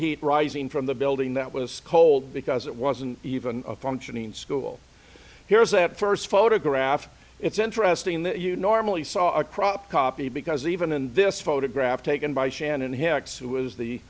heat rising from the building that was cold because it wasn't even a functioning school here's that first photograph it's interesting that you normally saw a cropped copy because even in this photograph taken by shannon hicks who was the